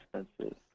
expensive